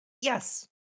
Yes